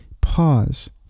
pause